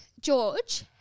George